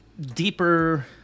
deeper